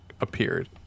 appeared